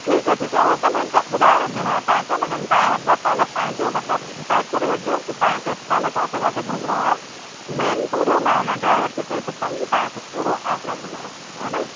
ठीकु आहे ठीकु आहे उहो त मां च ॿुधाए रखंदीमांव तव्हांखे लेकिनि तव्हां हिकु बार पहले पंहिंजो मतलबु डिसाइड करे वठिजो कि तव्हांखे पहले किथे किथे घुमिणो आहे मेन पूरो मां हुन ड्राइवर खे चई छॾंदमि कि तव्हांखे पूरो आगरा घुमाए हा न